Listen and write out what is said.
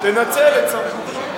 תנצל את סמכותך,